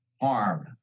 harm